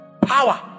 power